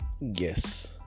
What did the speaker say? Yes